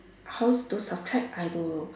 how to subtract I don't know